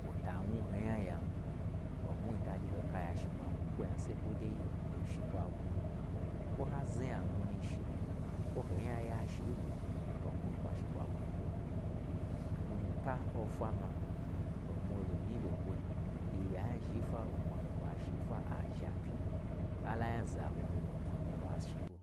Kwo ta wnu ho nyayan, omwuin ta gye ho kaya shi kwa wnu kwo ya, sai kwodai kwo shi kwa gwu, kwo n ha zo anya amwu nushi, kwo hon nya ya shi n ɓwi omwu zhni kwa shi kwa gwu kwo, mii pa ofwa ma, omwu ho ɓo nyinyi ɓo n kwoi, yiya anya zhin fwa omwa lo kwa shin fwa azha pyi, ala nya zamwi omwa lo kwa shiɓo.